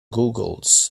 googles